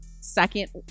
second